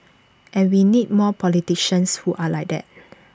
and we need more politicians who are like that